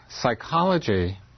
psychology